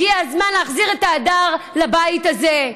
הגיע הזמן להחזיר את ההדר לבית הזה.